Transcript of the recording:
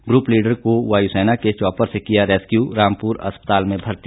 group leader को वायुसेना के चॉपर से किया रेस्क्यू रामपुर अस्पताल में भर्ती